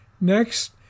next